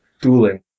Dueling